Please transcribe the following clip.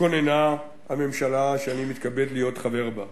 כוננה הממשלה שאני מתכבד להיות חבר בה.